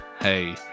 hey